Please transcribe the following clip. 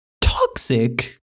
Toxic